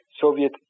Soviet